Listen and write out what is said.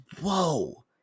whoa